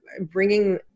bringing